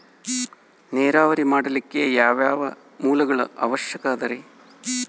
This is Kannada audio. ನೇರಾವರಿ ಮಾಡಲಿಕ್ಕೆ ಯಾವ್ಯಾವ ಮೂಲಗಳ ಅವಶ್ಯಕ ಅದರಿ?